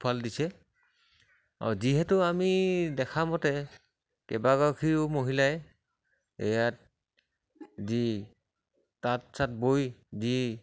ফল দিছে আৰু যিহেতু আমি দেখামতে কেইবাগৰাকীও মহিলাই ইয়াত যি তাঁত চাত বৈ দি